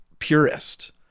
purist